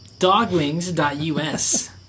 Dogwings.us